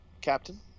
Captain